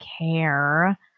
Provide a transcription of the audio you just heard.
care